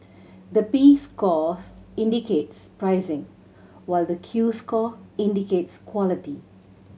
the P scores indicates pricing while the Q score indicates quality